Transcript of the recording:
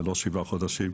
ולא שבעה חודשים,